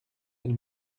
elle